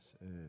Yes